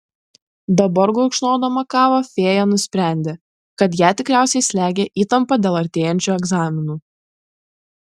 dabar gurkšnodama kavą fėja nusprendė kad ją tikriausiai slegia įtampa dėl artėjančių egzaminų